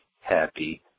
happy